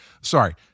sorry